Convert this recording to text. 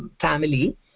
family